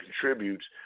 contributes